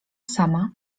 sama